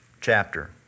chapter